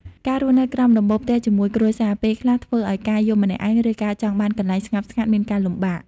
ការរស់នៅក្រោមដំបូលផ្ទះជាមួយគ្រួសារ ពេលខ្លះធ្វើឱ្យការយំម្នាក់ឯង ឬការចង់បានកន្លែងស្ងប់ស្ងាត់មានការលំបាក។